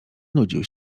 nudził